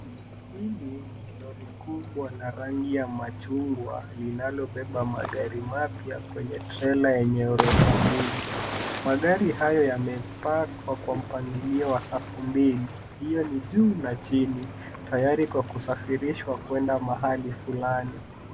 Hili ni lori kubwa la rangi ya machungwa linalobeba magari mapya kwenye trela yenye ghorofa mbili. Magari haya yamepakwa kwa mpangilio wa safu mbili, hiyo ni juu na chini tayari kwa kusafirishwa kuenda mahali fulani.